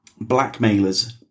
blackmailers